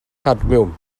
cadmiwm